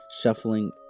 shuffling